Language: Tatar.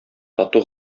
тату